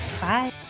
Bye